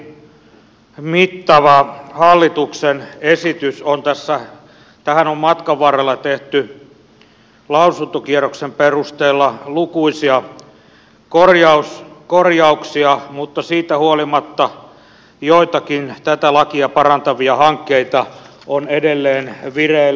tähänkin mittavaan hallituksen esitykseen on matkan varrella tehty lausuntokierroksen perusteella lukuisia korjauksia mutta siitä huolimatta joitakin tätä lakia parantavia hankkeita on edelleen vireillä